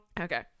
Okay